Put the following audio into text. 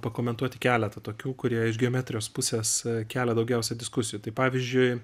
pakomentuoti keletą tokių kurie iš geometrijos pusės kelia daugiausia diskusijų tai pavyzdžiui